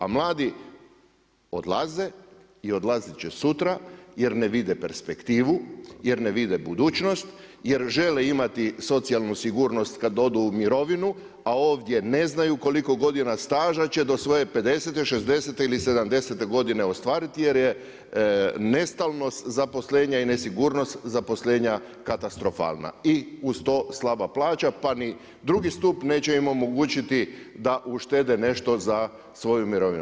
A mladi odlaze i odlazit će sutra jer ne vide perspektivu, jer ne vide budućnost, jer žele imati socijalnu sigurnost kada odu u mirovinu, a ovdje ne znaju koliko godina staža će do svoje 50., 60. ili 70. godine ostvariti jer je nestalnost zaposlenja i nesigurnost zaposlenja katastrofalna i uz to slaba plaća, pa ni drugi stup neće im omogućiti da uštede nešto za svoju mirovinu.